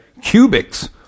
cubics